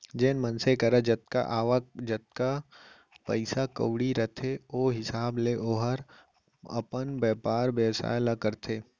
जेन मनसे करा जतका आवक, जतका पइसा कउड़ी रथे ओ हिसाब ले ओहर अपन बयपार बेवसाय ल करथे